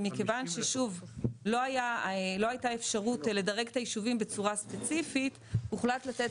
ומכיוון ששוב לא הייתה אפשרות לדרג את הישובים בצורה ספציפית הוחלט לתת